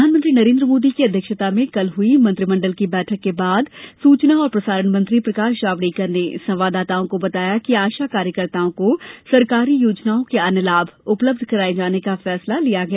प्रधानमंत्री नरेन्द्र मोदी की अध्यक्षता में कल हुई मंत्रिमंडल की बैठक के बाद सुचना और प्रसारण मंत्री प्रकाश जावेड़कर ने संवाददाताओं को बताया कि आशा कार्यकर्ताओं को सरकारी योजनाओं के अन्य लाभ उपलब्ध कराये जाने का फैसला लिया गया